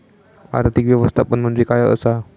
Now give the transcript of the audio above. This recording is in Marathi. आर्थिक व्यवस्थापन म्हणजे काय असा?